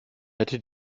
hätte